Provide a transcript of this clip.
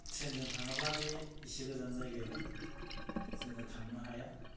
ट्रेनजों थाङाब्ला बे इसि गोजान जायगायाव जोङो थांनो हाया